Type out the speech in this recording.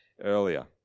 earlier